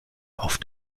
auf